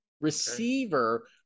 receiver